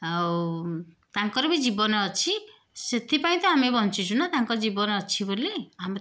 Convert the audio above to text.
ଆଉ ତାଙ୍କର ବି ଜୀବନ ଅଛି ସେଥିପାଇଁ ତ ଆମେ ବଞ୍ଚିଛୁ ନା ତାଙ୍କ ଜୀବନ ଅଛି ବୋଲି ଆମେ